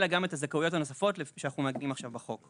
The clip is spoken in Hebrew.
אלא גם את הזכאויות הנוספות שאנחנו מעגנים עכשיו בחוק.